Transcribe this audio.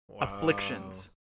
Afflictions